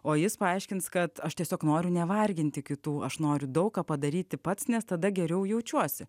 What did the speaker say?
o jis paaiškins kad aš tiesiog noriu nevarginti kitų aš noriu daug ką padaryti pats nes tada geriau jaučiuosi